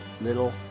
Little